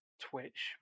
Twitch